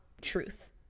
truth